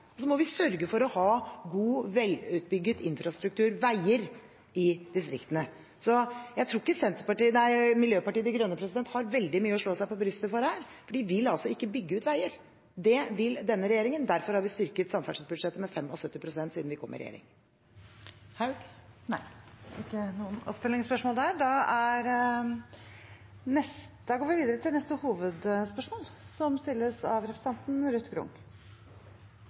Og så må vi sørge for å ha en god og velutbygd infrastruktur, veier, i distriktene. Jeg tror ikke Miljøpartiet De Grønne har veldig mye å slå seg på brystet for her. De vil ikke bygge ut veier. Det vil denne regjeringen. Derfor har vi styrket samferdselsbudsjettet med 75 pst. siden vi kom i regjering. Da går vi videre til neste hovedspørsmål. Jeg har et spørsmål til fiskeriministeren. De giftige algeangrepene den siste tiden rammer oppdrettsnæringen og kystsamfunnene i Nordland og deler av